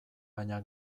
baina